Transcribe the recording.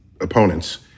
opponents